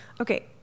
Okay